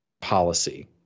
policy